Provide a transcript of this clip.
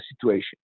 situation